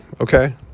Okay